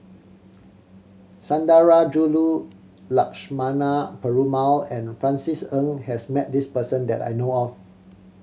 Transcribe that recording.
Sundarajulu Lakshmana Perumal and Francis Ng has met this person that I know of